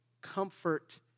comfort